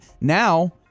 Now